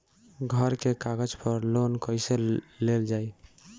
घर के कागज पर लोन कईसे लेल जाई?